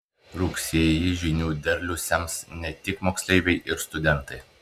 rugsėjį žinių derlių sems ne tik moksleiviai ir studentai